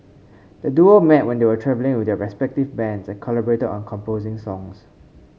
the duo met when they were travelling with their respective bands and collaborated on composing songs